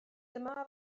dyma